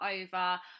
over